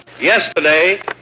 Yesterday